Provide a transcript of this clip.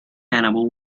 hannibal